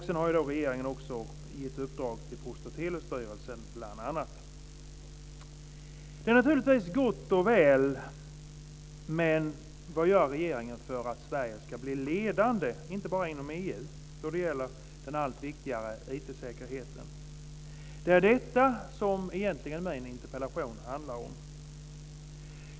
Sedan har regeringen också gett ett uppdrag till Post och telestyrelsen bl.a. Det är naturligtvis gott och väl, men vad gör regeringen för att Sverige ska bli ledande inte bara inom EU när det gäller den allt viktigare IT-säkerheten? Det är egentligen detta som min interpellation handlar om.